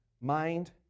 mind